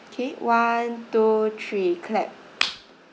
K one two three clap